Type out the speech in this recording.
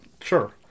Sure